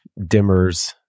dimmers